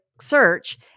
search